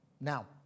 Now